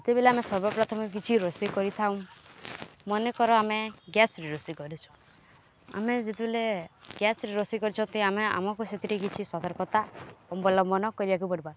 ସେତେବେଲେ ଆମେ ସର୍ବପ୍ରଥମେ କିଛି ରୋଷେଇ କରିଥାଉ ମନେକର ଆମେ ଗ୍ୟାସ୍ରେ ରୋଷେଇ କରିଛୁ ଆମେ ଯେତେବେଲେ ଗ୍ୟାସ୍ରେ ରୋଷେଇ କରିଛନ୍ତି ଆମେ ଆମକୁ ସେଥିରେ କିଛି ସତର୍କତା ଅବଲମ୍ବନ କରିବାକୁ ପଡ଼ିବ